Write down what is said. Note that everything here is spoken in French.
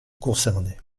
concernés